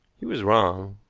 he was wrong,